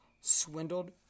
swindled